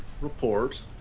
report